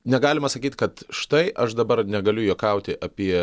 negalima sakyt kad štai aš dabar negaliu juokauti apie